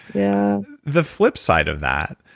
yeah the flip side of that,